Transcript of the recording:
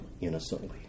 innocently